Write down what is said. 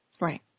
Right